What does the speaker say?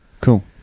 Cool